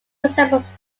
resembles